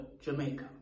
Jamaica